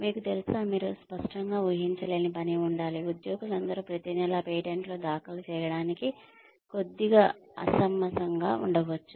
మీకు తెలుసా మీరు స్పష్టంగా ఊహించలేని పని ఉండాలి ఉద్యోగులందరూ ప్రతి నెలా పేటెంట్లు దాఖలు చేయాడానికి కొద్దిగా అసమంజసంగా ఉండవచ్చు